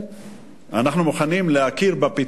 אנחנו מוכנים להכיר במדינת ישראל,